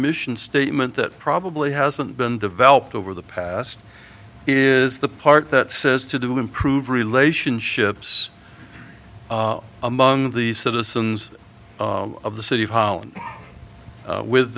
mission statement that probably hasn't been developed over the past is the part that says to do improve relationships among the citizens of the city